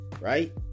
right